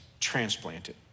transplanted